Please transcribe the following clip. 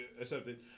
accepted